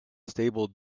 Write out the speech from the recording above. stable